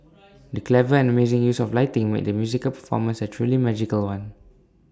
the clever and amazing use of lighting made the musical performance A truly magical one